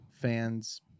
fans